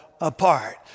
apart